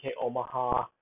Omaha